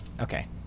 okay